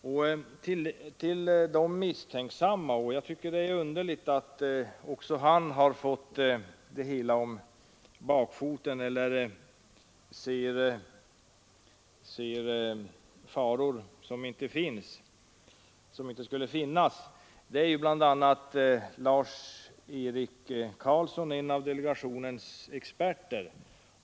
Till de misstänksamma — och jag tycker det är underligt att också han har fått det hela om bakfoten eller ser faror som inte borde finnas — hör bl.a. Lars Erik Karlsson, en av delegationens experter.